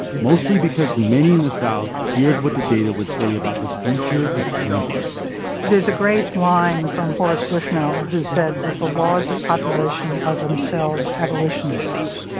mostly because many in the south feared what the data would say about the future of slavery there's a great line from horace bushnell, who said that the laws of population are themselves abolitionists.